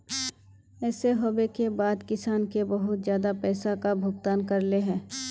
ऐसे होबे के बाद किसान के बहुत ज्यादा पैसा का भुगतान करले है?